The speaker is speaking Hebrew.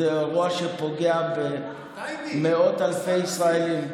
זה אירוע שפוגע במאות אלפי ישראלים,